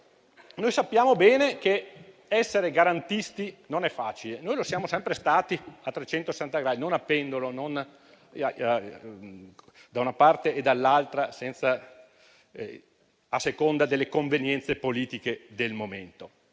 Noi sappiamo bene che essere garantisti non è facile: noi lo siamo sempre stati a 360 gradi, non andando da una parte o dall'altra a seconda delle convenienze politiche del momento.